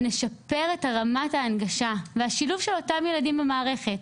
ונשפר את רמת ההנגשה והשילוב של אותם ילדים במערכת.